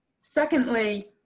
Secondly